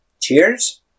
Cheers